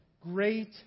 Great